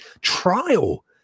trial